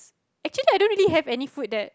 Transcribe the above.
actually I don't really have any food that